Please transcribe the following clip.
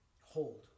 Hold